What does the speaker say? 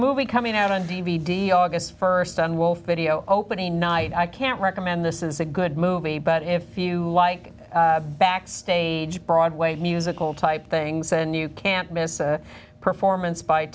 movie coming out on d v d august st on wolf video opening night i can't recommend this is a good movie but if you like back stage broadway musical type things and you can't miss a performance